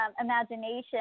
imagination